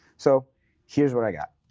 so here's what i got.